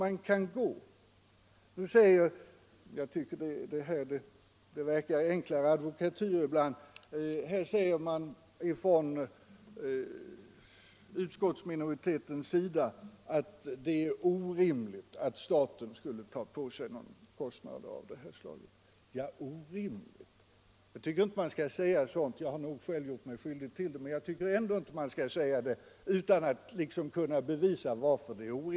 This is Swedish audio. Den socialdemokratiska reservationen verkar enklare advokatyr ibland. Utskottsminoriteten säger att det är orimligt att staten skall ta på sig några kostnader av det här slaget. Jag tycker inte att man skall tala om orimligt här — jag har nog själv gjort mig skyldig till samma sak, men man bör inte säga att något är orimligt utan att kunna förklara varför.